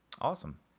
Awesome